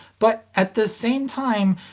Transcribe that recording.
but at the same time,